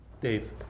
Dave